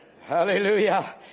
Hallelujah